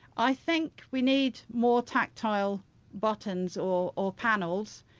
i think we need more tactile buttons or or panels,